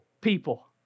people